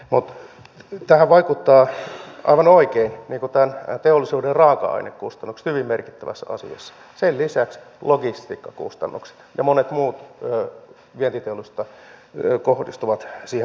mutta tähän vaikuttavat aivan oikein nämä teollisuuden raaka ainekustannukset hyvin merkittävästi ja sen lisäksi logistiikkakustannukset ja monet muut vientiteollisuuteen kohdistuvat kustannukset